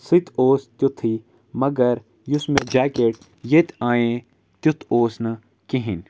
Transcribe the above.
سُہ تہِ اوس تیُتھُے مگر یُس مےٚ جاکٮ۪ٹ ییٚتہِ اَنیے تیُتھ اوس نہٕ کِہیٖنۍ